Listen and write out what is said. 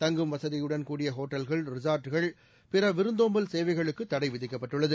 தங்கும் வசதியுடன் கூடிய ஹோட்டல்கள் ரிசார்ட்டுகள் பிற விருந்தோம்பல் சேவைகளுக்கு தடை விதிக்கப்பட்டுள்ளது